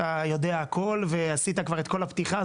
אתה יודע הכול ועשית כבר את כל הפתיחה,